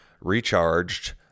recharged